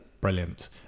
brilliant